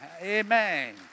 Amen